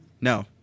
No